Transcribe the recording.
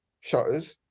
shutters